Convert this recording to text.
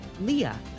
Leah